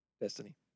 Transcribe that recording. Destiny